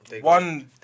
one